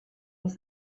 was